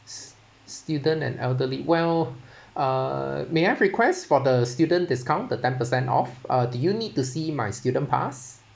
student and elderly well uh may I request for the student discount the ten percent off uh do you need to see my student pass